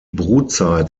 brutzeit